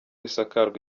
isakarwa